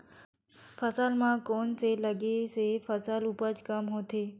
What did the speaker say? फसल म कोन से लगे से फसल उपज कम होथे?